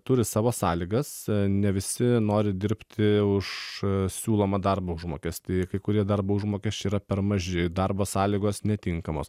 turi savo sąlygas ne visi nori dirbti už siūlomą darbo užmokestį kai kurie darbo užmokesčiai yra per maži darbo sąlygos netinkamos